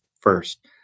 first